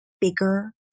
bigger